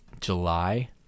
July